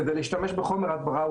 כדי להשתמש בחומר הדברה,